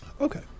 okay